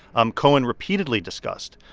um cohen repeatedly discussed